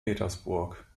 petersburg